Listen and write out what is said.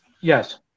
Yes